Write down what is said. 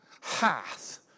hath